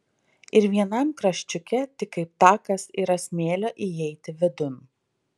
ir vienam kraščiuke tik kaip takas yra smėlio įeiti vidun